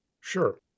Sure